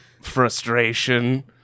frustration